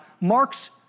Marx